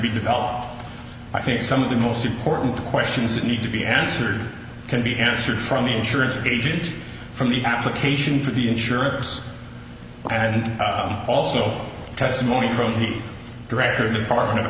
be developed i think some of the most important questions that need to be answered can be answered from the insurance agent from the application to the insurers and also testimony from the director of the department of